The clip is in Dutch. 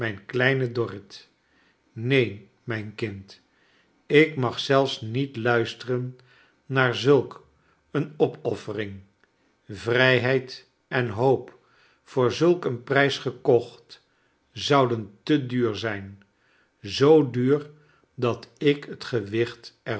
kleine dorrit neen mijn kind ik mag zelfs niet luisteren naar zulk een opoffering vrijheid en hoop voor zulk een prijs gekocht zouden te duur zijn zoo duur dat ik het gewicht